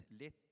let